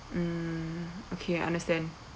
mm okay understand